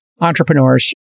entrepreneurs